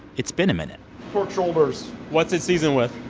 it's been a minute pork shoulders what's it seasoned with?